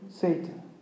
Satan